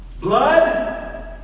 Blood